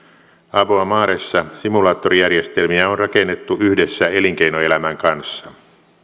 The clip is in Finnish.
aboa maressa simulaattorijärjestelmiä on rakennettu yhdessä elinkeinoelämän kanssa arvoisa